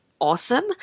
awesome